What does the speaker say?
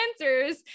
answers